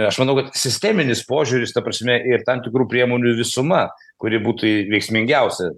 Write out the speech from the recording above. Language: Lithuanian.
aš manau kad sisteminis požiūris ta prasme ir tam tikrų priemonių visuma kuri būtų veiksmingiausia